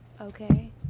Okay